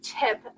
tip